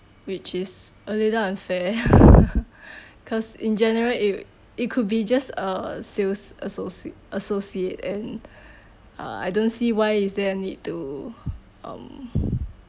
which is a little unfair because in general it it could be just a sales associate associate and uh I don't see why is there a need to um